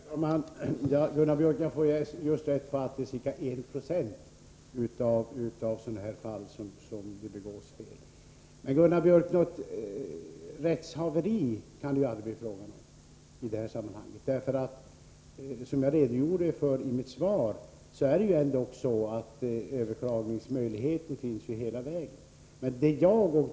Herr talman! Jag har just fått det beskedet att det begås fel i ca 190 av fallen. Men, Gunnar Biörck i Värmdö, något rättshaveri kan det ju aldrig bli 109 fråga om i det här sammanhanget. Som jag redogjorde för i mitt svar finns det ändock överklagningsmöjligheter under alla stadier av ärendenas behandling.